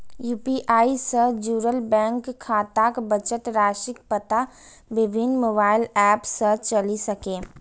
UPI सं जुड़ल bank खाताक बचत राशिक पता विभिन्न मोबाइल एप सं चलि सकैए